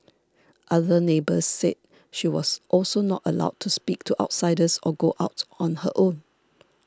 other neighbours said she was also not allowed to speak to outsiders or go out on her own